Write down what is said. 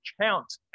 count